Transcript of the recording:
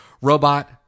Robot